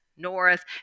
north